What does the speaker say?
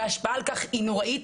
וההשפעה על כך היא נוראית,